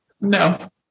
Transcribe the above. no